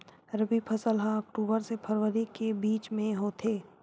रबी फसल हा अक्टूबर से फ़रवरी के बिच में होथे